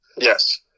yes